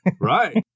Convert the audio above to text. right